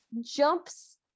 jumps